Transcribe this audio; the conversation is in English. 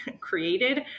created